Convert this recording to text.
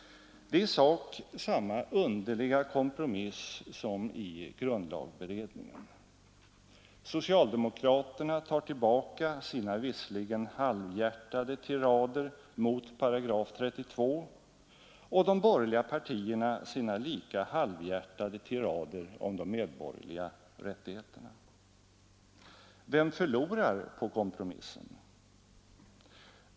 Det är i sak samma underliga kompromiss som i grundlagberedningen. Socialdemokraterna tar tillbaka sina visserligen halvhjärtade tirader mot § 32 och de borgerliga partierna sina lika halvhjärtade tirader om de medborgerliga rättigheterna. Vem förlorar på kompromissen?